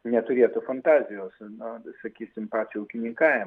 neturėtų fantazijos na sakysim pačio ūkininkavimo